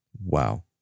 Wow